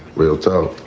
real tell.